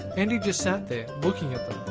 andie just sat there, looking at them.